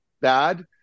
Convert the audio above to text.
bad